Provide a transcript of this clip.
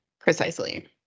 precisely